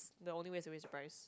the only way is to raise price